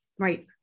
Right